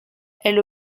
elle